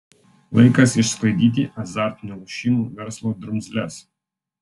laikas išsklaidyti azartinių lošimų verslo drumzles